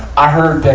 i heard that